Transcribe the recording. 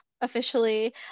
officially